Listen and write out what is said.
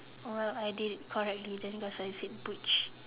orh then I did correctly then because I said butch